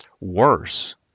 Worse